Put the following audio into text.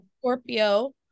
Scorpio